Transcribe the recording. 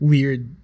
Weird